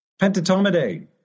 Pentatomidae